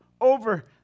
over